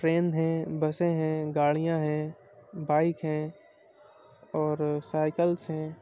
train ہیں بسیں ہیں گاڑیاں ہیں بائیک ہیں اور سائکلس ہیں